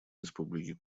республики